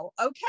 okay